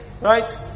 right